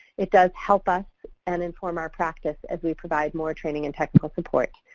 it does help us and inform our practice as we provide more training and technical support.